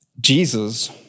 Jesus